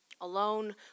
alone